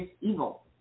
evil